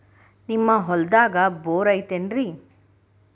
ನಿಮ್ಮ ಹೊಲ್ದಾಗ ಬೋರ್ ಐತೇನ್ರಿ?